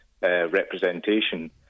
representation